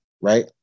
right